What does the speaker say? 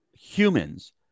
humans